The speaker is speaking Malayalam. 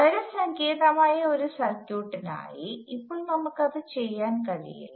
വളരെ സങ്കീർണ്ണമായ ഒരു സർക്യൂട്ടിനായി ഇപ്പോൾ നമ്മുക്ക് അത് ചെയ്യാൻ കഴിയില്ല